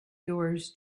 yours